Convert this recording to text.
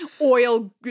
oil